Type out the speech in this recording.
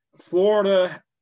Florida